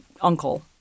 uncle